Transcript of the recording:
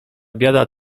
biada